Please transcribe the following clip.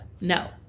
No